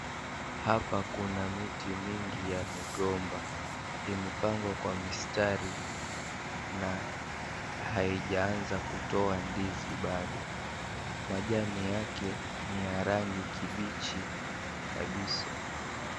Hapa kuna miti mingi ya migomba. Imepangwa kwa mistari, na haijaanza kutoa ndizi bado. Majani yake ni ya rangi kibichi kabisa.